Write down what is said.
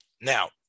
now